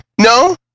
No